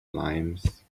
limes